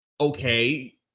okay